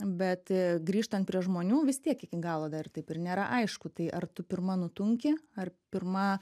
bet grįžtant prie žmonių vis tiek iki galo dar taip ir nėra aišku tai ar tu pirma nutunki ar pirma